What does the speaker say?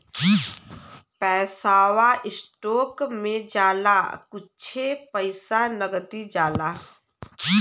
पैसवा स्टोक मे जाला कुच्छे पइसा नगदी जाला